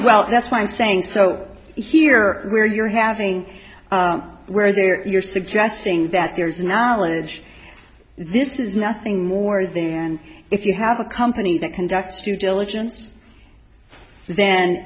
well that's what i'm saying so here where you're having where there you're suggesting that there's knowledge this is nothing more than if you have a company that conducts to diligence then